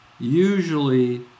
usually